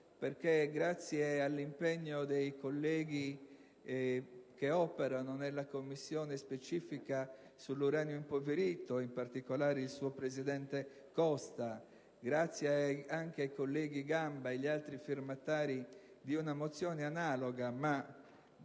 grazie all'impegno dei colleghi che operano nella Commissione parlamentare d'inchiesta sull'uranio impoverito, in particolare del suo presidente Costa, ma anche del collega Gamba e degli altri firmatari di una mozione analoga.